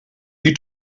you